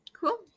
Cool